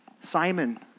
Simon